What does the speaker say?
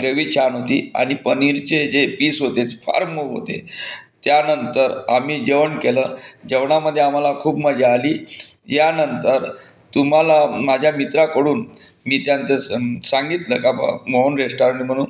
gravy छान होती आणि पनीरचे जे पीस होते ते फार मऊ होते त्यानंतर आम्ही जेवण केलं जेवणामध्ये आम्हाला खूप मजा आली यानंतर तुम्हाला माझ्या मित्राकडून मी त्यांचं सांगितलं का बा मोहन रेस्टॉरंटमधून